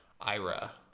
Ira